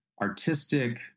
artistic